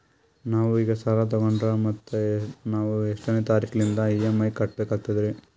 ನಾವು ಈಗ ಸಾಲ ತೊಗೊಂಡ್ರ ಮತ್ತ ನಾವು ಎಷ್ಟನೆ ತಾರೀಖಿಲಿಂದ ಇ.ಎಂ.ಐ ಕಟ್ಬಕಾಗ್ತದ್ರೀ?